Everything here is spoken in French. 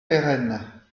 pérenne